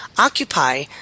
occupy